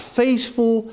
faithful